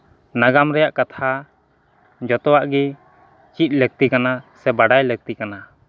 ᱱᱟᱜᱟᱢ ᱨᱮᱭᱟᱜ ᱠᱟᱛᱷᱟ ᱡᱚᱛᱚᱣᱟᱜ ᱜᱮ ᱪᱮᱫ ᱞᱟᱹᱠᱛᱤᱜ ᱠᱟᱱᱟ ᱥᱮ ᱵᱟᱰᱟᱭ ᱞᱟᱹᱠᱛᱤ ᱠᱟᱱᱟ